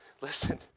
Listen